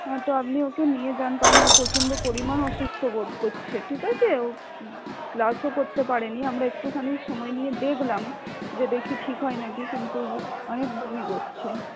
হ্যাঁ তো আপনি ওকে নিয়ে যান কারণ ও প্রচন্ড পরিমাণ অসুস্থ বোধ করছে ঠিক আছে ও ক্লাসও করতে পারে নি আমরা একটুখানি সময় নিয়ে দেখলাম যে দেখি ঠিক হয় না কি কিন্তু অনেক বমি করছে